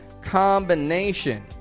combination